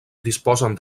disposen